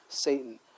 satan